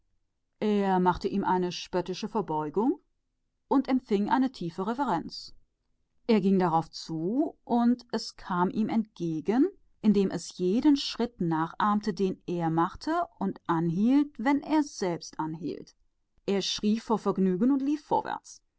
er machte ihm eine höhnische verbeugung und es gab ihm die tiefe reverenz zurück er ging darauf zu und es kam ihm entgegen und machte jeden schritt nach den er tat und es stand stille wenn er stille stand er jubelte vor vergnügen und lief vorwärts